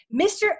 Mr